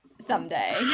Someday